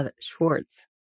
Schwartz